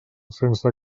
sense